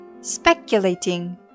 Speculating